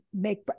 make